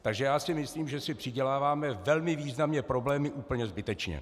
Takže si myslím, že si přiděláváme velmi významně problémy úplně zbytečně.